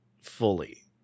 fully